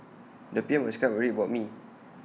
the P M was quite worried about me